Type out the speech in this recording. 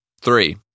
Three